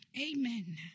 Amen